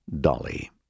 Dolly